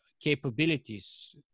capabilities